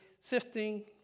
sifting